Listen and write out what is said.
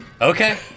Okay